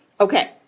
Okay